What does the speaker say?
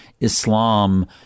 Islam